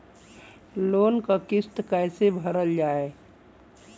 Loan क किस्त कैसे भरल जाए?